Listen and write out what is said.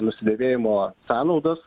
nusidėvėjimo sąnaudas